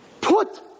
put